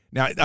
Now